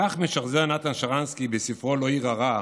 כך משחזר נתן שרנסקי בספרו "לא אירא רע"